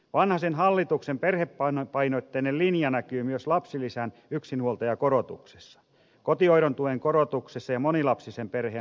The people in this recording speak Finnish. vanhasen hallituksen perhepainotteinen linja näkyy myös lapsilisän yksinhuoltajakorotuksessa kotihoidon tuen korotuksessa ja monilapsisen perheen lapsilisän korotuksessa